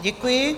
Děkuji.